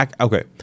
Okay